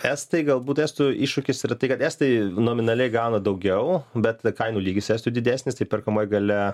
estai galbūt estų iššūkis yra tai kad estai nominaliai gauna daugiau bet kainų lygis estijoj didesnis tai perkamoji galia